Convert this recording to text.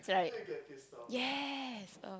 right yes ugh